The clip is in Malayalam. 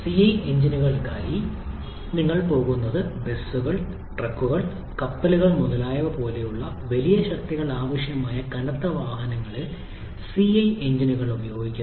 സിഐ എഞ്ചിനുകൾക്കായി നിങ്ങൾ പോകുന്ന ബസുകൾ ട്രക്കുകൾ കപ്പലുകൾ മുതലായവ പോലുള്ള വലിയ ശക്തികൾ ആവശ്യമുള്ള കനത്ത വാഹനങ്ങളിൽ സിഐ എഞ്ചിനുകൾ ഉപയോഗിക്കുന്നു